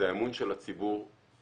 זה האמון של הציבור בנו,